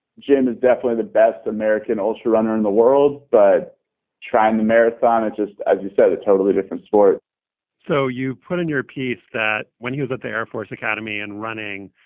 jim is definitely the best american ultra runner in the world. but trying the marathon, it just, as you said, a totally different sport so you put in your piece that when he was at the air force academy and running,